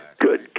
Good